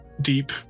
deep